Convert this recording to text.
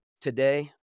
today